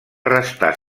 restar